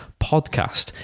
podcast